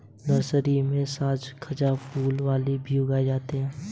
nursery में साज सज्जा वाले फूल भी उगाए जाते हैं